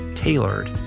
Tailored